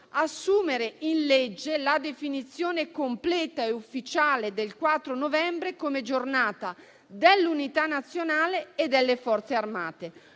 assumere in legge la definizione completa e ufficiale del 4 novembre come giornata dell'Unità nazionale e delle Forze armate.